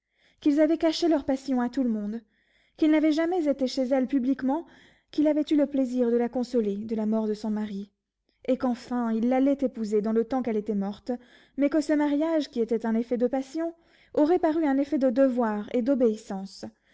qu'ils avaient caché leur passion à tout le monde qu'il n'avait jamais été chez elle publiquement qu'il avait eu le plaisir de la consoler de la mort de son mari et qu'enfin il l'allait épouser dans le temps qu'elle était morte mais que ce mariage qui était un effet de passion aurait paru un effet de devoir et d'obéissance